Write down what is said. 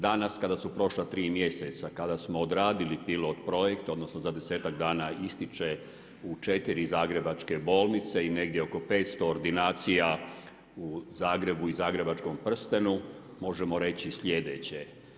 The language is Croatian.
Danas kada su prošla tri mjeseca, kada smo odradili pilot projekt, odnosno za desetak dana ističe u 4 zagrebačke bolnice i negdje oko 500 ordinacija u Zagrebu i zagrebačkom prstenu možemo reći slijedeće.